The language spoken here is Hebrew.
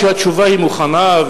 שהתשובה מוכנה,